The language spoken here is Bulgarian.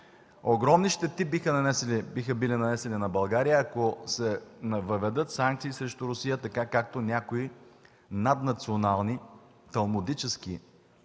Огромни щети биха били нанесени на България, ако се въведат санкции срещу Русия, така както някои наднационални, талмудически